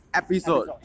episode